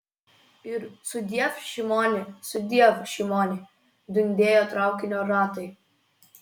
ir sudiev šimoni sudiev šimoni dundėjo traukinio ratai